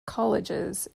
colleges